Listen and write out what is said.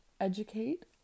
educate